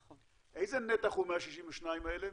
איזה נתח הוא מה-62 האלה?